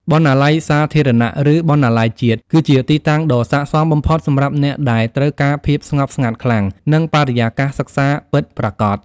បណ្ណាល័យសាធារណៈ ឬបណ្ណាល័យជាតិ គឺជាទីតាំងដ៏ស័ក្ដិសមបំផុតសម្រាប់អ្នកដែលត្រូវការភាពស្ងប់ស្ងាត់ខ្លាំង និងបរិយាកាសសិក្សាពិតប្រាកដ។